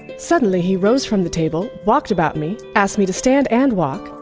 suddenly he rose from the table, walked about me, asked me to stand and walk.